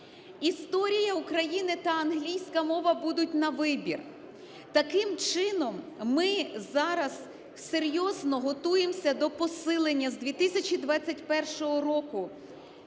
Історія України та англійська мова будуть на вибір. Таким чином, ми зараз серйозно готуємося до посилення з 2021 року